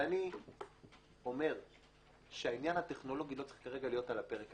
ואני אומר שהעניין הטכנולוגי לא צריך כרגע להיות על הפרק,